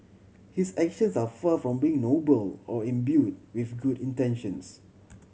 his actions are far from being noble or imbued with good intentions